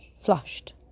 flushed